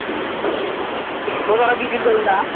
बाजारा गिदिर जायोना